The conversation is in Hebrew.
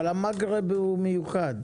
אבל המגרב הוא מיוחד.